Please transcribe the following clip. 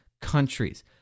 countries